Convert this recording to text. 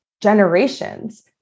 generations